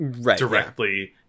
directly